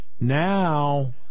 Now